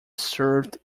served